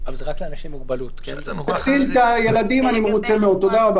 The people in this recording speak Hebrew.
החצי שלא נמצא במקום העבודה יכול לעבוד מהבית.